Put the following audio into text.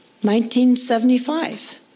1975